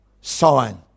sign